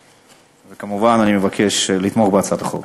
וכמובן, אני מבקש לתמוך בהצעת החוק.